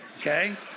Okay